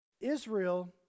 Israel